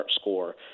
score